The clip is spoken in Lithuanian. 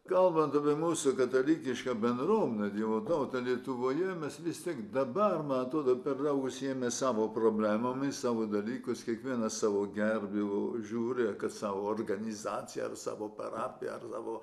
kalbant apie mūsų katalikišką bendruomenę dievo tautą lietuvoje mes vis tiek dabar man atrodo per daug užsiėmę savo problemomis savo dalykus kiekvienas savo gerbūvio žiūri kad savo organizaciją ar savo parapiją ar savo